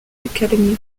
academy